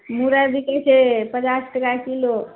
मुरइ बिकै छै पचास टाका किलो